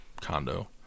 condo